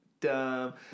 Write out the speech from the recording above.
Dumb